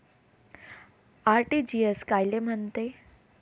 RTGS कायले म्हनते?